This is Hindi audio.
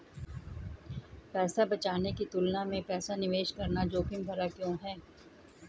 पैसा बचाने की तुलना में पैसा निवेश करना जोखिम भरा क्यों है?